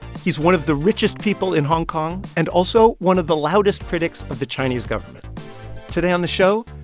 he's one of the richest people in hong kong, and also one of the loudest critics of the chinese government today on the show,